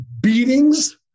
beatings